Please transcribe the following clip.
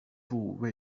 部位